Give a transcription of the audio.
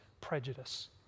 prejudice